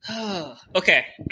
Okay